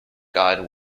guard